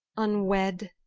unwed,